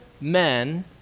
men